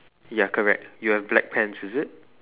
ya correct you have black pants is it